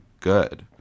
good